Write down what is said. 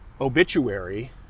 obituary